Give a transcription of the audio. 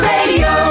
Radio